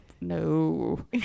no